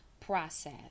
process